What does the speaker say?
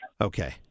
Okay